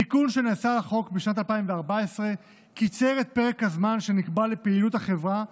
תיקון שנעשה לחוק בשנת 2014 קיצר את פרק הזמן שנקבע לפעילות החברה,